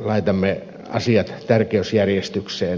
laitamme asiat tärkeysjärjestykseen